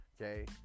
Okay